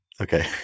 Okay